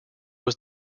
was